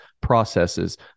processes